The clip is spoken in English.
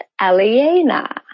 Aliena